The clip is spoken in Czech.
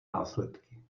následky